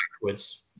backwards